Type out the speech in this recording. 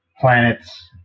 Planets